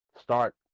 start